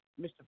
Mr